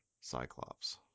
Cyclops